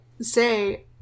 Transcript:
say